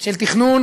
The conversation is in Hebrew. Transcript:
של תכנון